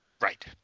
Right